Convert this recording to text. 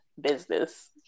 business